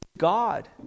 God